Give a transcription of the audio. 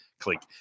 Click